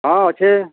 ହଁ ଅଛେ